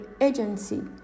agency